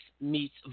meets